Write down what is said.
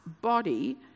body